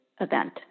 event